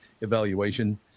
evaluation